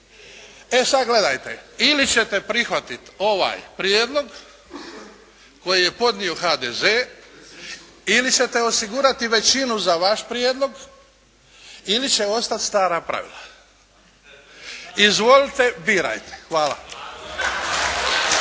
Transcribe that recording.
E, sad gledajte. Ili ćete prihvatit ovaj prijedlog koji je podnio HDZ-e ili ćete osigurati većinu za vaš prijedlog ili će ostat stara pravila. Izvolite birajte.